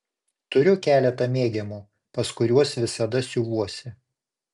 turiu keletą mėgiamų pas kuriuos visada siuvuosi